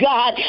God